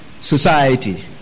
society